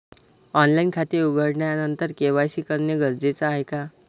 Online खाते उघडल्यानंतर KYC करणे गरजेचे आहे का?